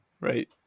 Right